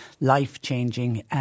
life-changing